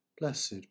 Blessed